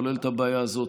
כולל את הבעיה הזו.